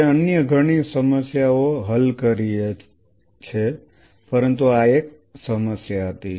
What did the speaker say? તે અન્ય ઘણી સમસ્યાઓ હલ કરી છે પરંતુ આ એક સમસ્યા હતી